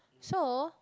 so